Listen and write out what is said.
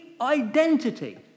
identity